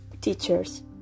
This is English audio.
teachers